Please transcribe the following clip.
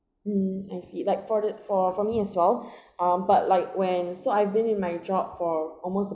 mm I see like for the for for me as well um but like when so I've been in my job for almost